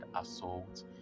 assault